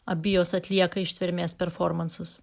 abi jos atlieka ištvermės performansus